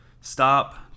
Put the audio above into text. Stop